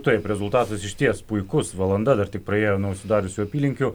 taip rezultatas išties puikus valanda dar tik praėjo nuo sudariusių apylinkių